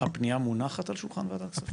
הפנייה מונחת על שולחן ועדת כספים?